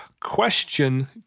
question